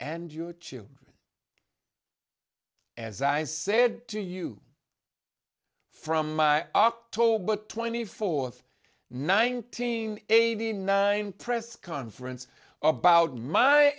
and your children as i said to you from october twenty fourth nineteen eighty nine press conference about my